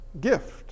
gift